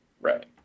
Right